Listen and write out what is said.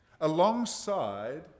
alongside